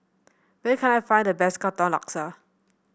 where can I find the best Katong Laksa